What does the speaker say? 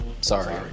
Sorry